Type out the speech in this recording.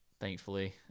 thankfully